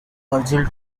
virgil